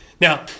now